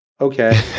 okay